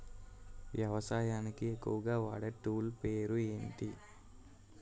వ్యవసాయానికి ఎక్కువుగా వాడే టూల్ పేరు ఏంటి?